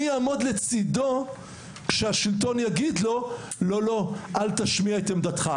מי יעמוד לצידו כשהשלטון יאסור עליו להשמיע את דעתו?